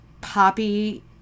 poppy